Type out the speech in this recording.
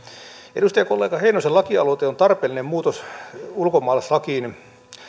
edustajakollega heinosen lakialoite on tarpeellinen muutos ulkomaalaislakiin